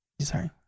sorry